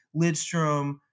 Lidstrom